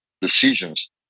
decisions